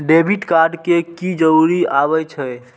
Debit card के की जरूर आवे छै?